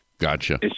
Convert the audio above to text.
Gotcha